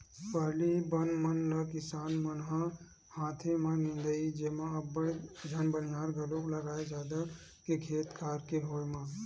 पहिली बन मन ल किसान मन ह हाथे म निंदवाए जेमा अब्बड़ झन बनिहार घलोक लागय जादा के खेत खार के होय म